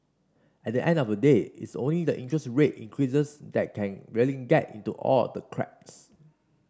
at the end of the day it's only interest rate increases that can really get into all the cracks